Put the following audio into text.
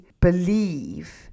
believe